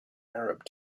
arab